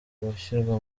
gushyirwa